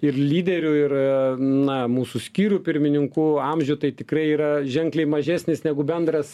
ir lyderių ir na mūsų skyrių pirmininkų amžių tai tikrai yra ženkliai mažesnis negu bendras